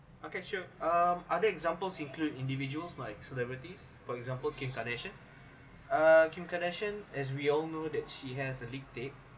okay sure um other examples include individuals like celebrities for example kim kardahsian uh kim kardashian as we all know that she has a leak tape